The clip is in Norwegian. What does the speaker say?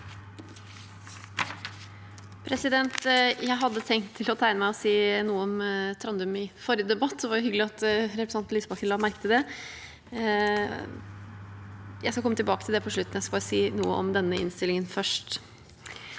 Jeg hadde tenkt å tegne meg og si noe om Trandum i forrige debatt. Det var hyggelig at representanten Lysbakken la merke til det, og jeg skal komme tilbake til det på slutten. Jeg skal bare si noe om denne innstillingen først.